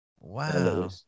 Wow